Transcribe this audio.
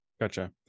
Gotcha